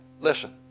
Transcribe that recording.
Listen